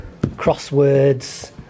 crosswords